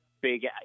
big